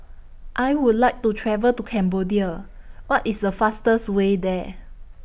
I Would like to travel to Cambodia What IS The fastest Way There